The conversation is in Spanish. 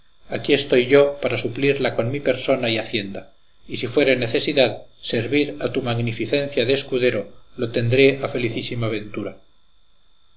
aquí estoy yo para suplirla con mi persona y hacienda y si fuere necesidad servir a tu magnificencia de escudero lo tendré a felicísima ventura